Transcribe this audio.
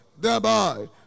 thereby